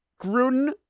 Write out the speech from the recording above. Gruden